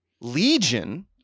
legion